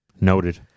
Noted